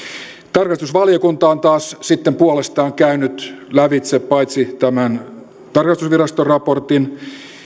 tarkastusvaliokunta on taas sitten puolestaan käynyt lävitse paitsi tämän tarkastusviraston raportin